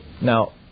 Now